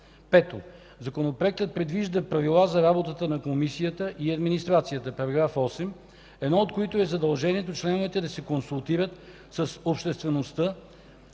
Пето. Законопроектът предвижда правила за работата на Комисията и администрацията –§ 8, едно от които е задължението членовете да се консултират с обществеността.